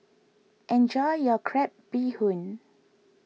enjoy your Crab Bee Hoon